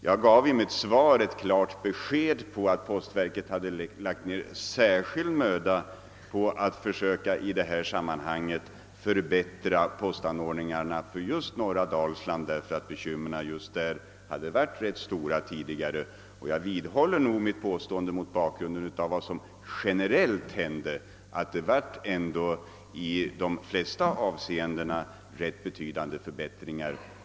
Jag gav ju 1 mitt svar ett klart besked om att postverket lagt ned särskild möda på att försöka förbättra postservicen just för norra Dalsland, därför att bekymren där varit rätt stora tidigare. Och jag vidhåller mitt påstående, mot bakgrunden av vad som generellt hände, att det ändå i de flesta avseenden blev rätt betydande förbättringar.